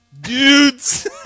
Dudes